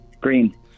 Green